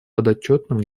подотчетным